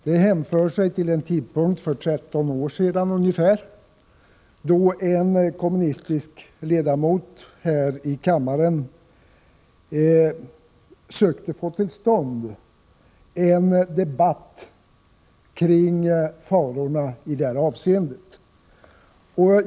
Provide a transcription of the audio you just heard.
Det hänför sig till den tidpunkt för ungefär 13 års sedan då en kommunistisk ledamot sökte få till stånd en debatt kring farorna med asbest.